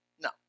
No